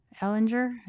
Ellinger